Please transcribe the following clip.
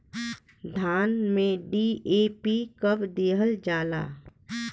धान में डी.ए.पी कब दिहल जाला?